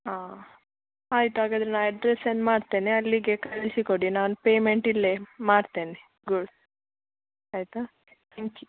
ಹಾಂ ಆಯಿತು ಹಾಗಾದರೆ ನಾ ಅಡ್ರೆಸ್ ಸೆಂಡ್ ಮಾಡ್ತೇನೆ ಅಲ್ಲಿಗೆ ಕಳಿಸಿ ಕೊಡಿ ನಾನು ಪೇಮೆಂಟ್ ಇಲ್ಲೇ ಮಾಡ್ತೇನೆ ಗುಳ್ ಆಯಿತಾ ತ್ಯಾಂಕ್ ಯು